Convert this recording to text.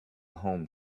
home